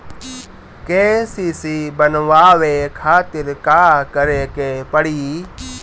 KCC बनवावे खातिर का करे के पड़ी?